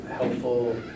helpful